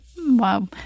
Wow